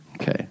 Okay